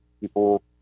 People